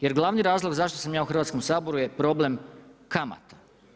Jer glavni razlog zašto sam ja u Hrvatskom saboru je problem kamata.